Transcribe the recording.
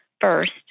First